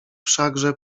wszakże